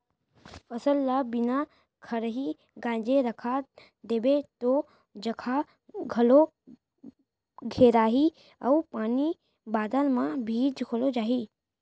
फसल ल बिना खरही गांजे रखा देबे तौ जघा घलौ घेराही अउ पानी बादर म भींज घलौ जाही